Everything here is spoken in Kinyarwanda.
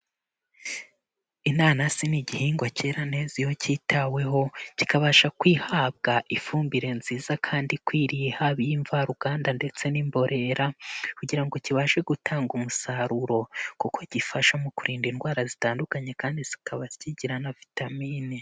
Inanasi ni igihingwa cyera neza iyo cyitaweho kikabasha kwihabwa ifumbire nziza kandi ikwiriye haba iy'imvaruganda ndetse n'imborera kugira ngo kibashe gutanga umusaruro, kuko gifasha mu kurinda indwara zitandukanye kandi zikaba kigira na vitamine.